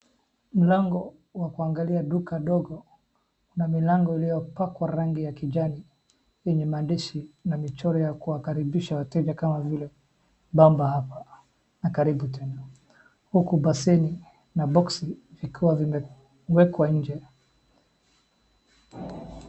Mlango wa kuangalia duka ndogo na milango iliyopakwa rangi ya kijani yenye maandishi na michoro ya kuwakaribisha wateja kama vile bamba hapa na karibu tena huku basini na boksi vikiwa vimewekwa nje.